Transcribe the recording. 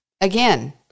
Again